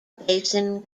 basin